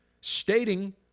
stating